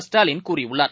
ஸ்டாலின் கூறியுள்ளார்